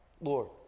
Lord